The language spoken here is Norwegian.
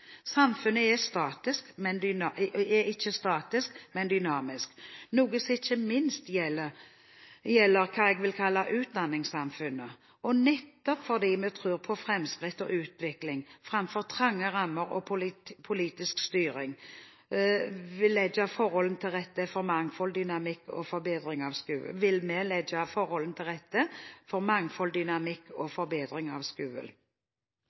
Samfunnet er ikke statisk, men dynamisk, noe som ikke minst gjelder hva jeg vil kalle utdanningssamfunnet. Nettopp fordi vi tror på framskritt og utvikling framfor trange rammer og politisk styring, vil vi legge forholdene til rette for mangfold, dynamikk og forbedring av skolen. Politikernes oppgave i dette er å legge forholdene til rette for et reelt mangfold,